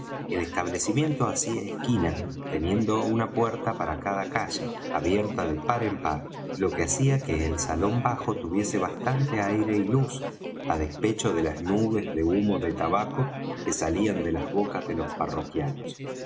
el establecimiento hacía esquina teniendo una puerta para cada calle abierta de par en par lo que hacía que el salón bajo tuviese bastante aire y luz á despecho de las nubes de humo de tabaco que salían de las bocas de los parroquianos